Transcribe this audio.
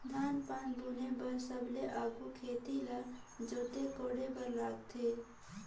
धान पान बुने बर सबले आघु खेत ल जोते कोड़े बर लगथे